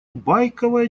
байковое